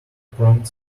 prompt